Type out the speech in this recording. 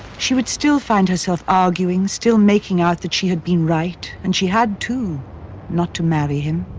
she would still find herself arguing, still making out that she had been right and she had too not to marry him.